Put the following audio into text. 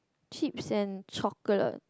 chips and chocolate